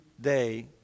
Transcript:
day